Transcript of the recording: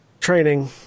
training